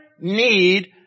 need